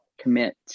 commit